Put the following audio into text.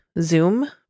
Zoom